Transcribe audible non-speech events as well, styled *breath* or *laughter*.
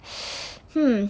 *breath* hmm